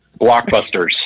blockbusters